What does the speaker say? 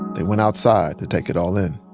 they went outside to take it all in